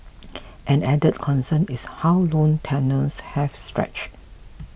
an added concern is how loan tenures have stretched